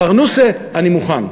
פרנוסה, אני מוכן.